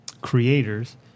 creators